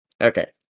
Okay